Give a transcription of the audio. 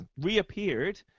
reappeared